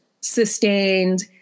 sustained